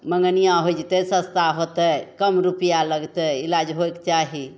मँगनिआँ होइ जएतै सस्ता होतै कम रुपैआ लागतै इलाज होइके चाही